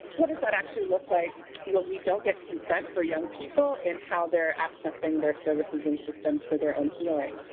what does that actually look like when we don't get consent for young people in how they're accessing their services and systems for their own healing.